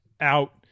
out